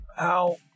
ow